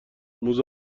موزه